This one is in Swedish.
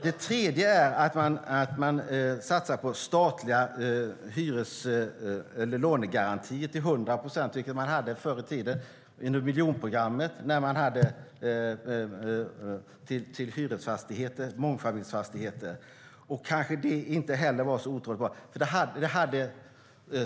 Det tredje förslaget är att man satsar på hundraprocentiga statliga lånegarantier, vilket man hade förr i tiden när det inom miljonprogrammet byggdes flerfamiljshus. Det var kanske inte heller var så idealiskt.